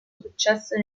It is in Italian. successo